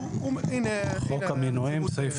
חוק המינויים סעיף